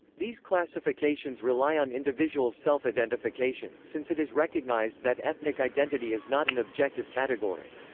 these classifications rely on individuals' self-identification, since it is recognised that ethnic identity is not an objective category.